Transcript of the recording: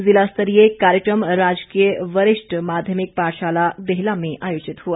ज़िला स्तरीय कार्यक्रम राजकीय वरिष्ठ माध्यमिक पाठशाला देहला में आयोजित हुआ